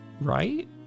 right